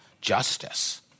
justice